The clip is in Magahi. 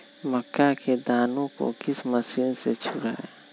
मक्का के दानो को किस मशीन से छुड़ाए?